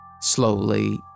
Slowly